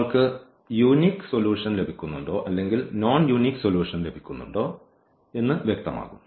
നമ്മൾക്ക് unique solution ലഭിക്കുന്നുണ്ടോ അല്ലെങ്കിൽ നോൺ യൂനിക് സൊലൂഷന് ലഭിക്കുന്നുണ്ടോ എന്ന് വ്യക്തമാകും